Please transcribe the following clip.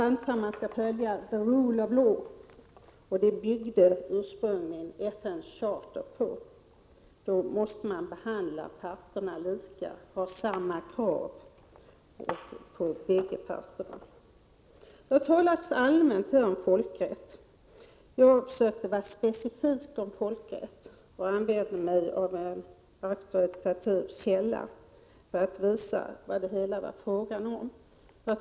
Om man skall följa ”the rule of law” — och det byggde ursprungligen FN:s charta på — måste man behandla parterna lika, ha samma krav på bägge parterna. Här talas det nu allmänt om folkrätt. Jag försökte vara specifik i fråga om folkrätt och använde en auktoritativ källa för att visa vad det var fråga om.